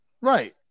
right